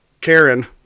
Karen